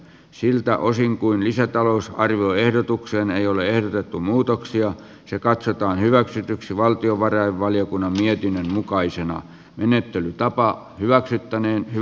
siltä osin kuin lisätalousarvioehdotukseen ei ole ehdotettu muutoksia se katsotaan hyväksytyksi valtiovarainvaliokunnan mietinnön mukaisena menettelytapaa hyväksyttäneen m